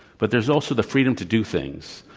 but there's also the freedom to do things.